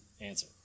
answer